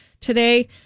today